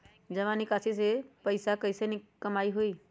जमा निकासी से पैसा कईसे कमाई होई?